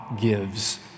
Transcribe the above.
gives